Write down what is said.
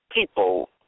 people